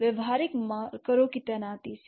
व्यावहारिक मार्करों की तैनाती से